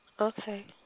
Okay